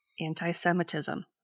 anti-Semitism